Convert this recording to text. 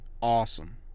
awesome